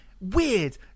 Weird